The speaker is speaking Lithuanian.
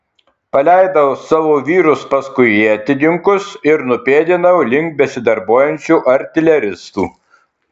paleidau savo vyrus paskui ietininkus ir nupėdinau link besidarbuojančių artileristų